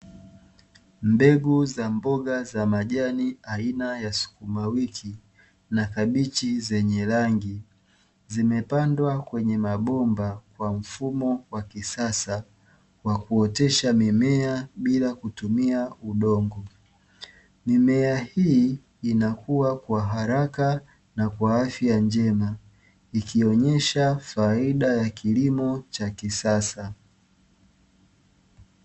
Mbegu za mbogamboga za majani ain ya sukuma wiki na kabichi zenye rangi zimepandwa kwenye mabomba ya kisasa wa kuotesha mimea bila kutumia udongo mimea hii inakua kwa haraka na afya njema ikionesha faida ya kilimo cha kisasa.